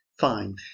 fine